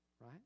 Right